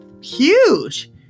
huge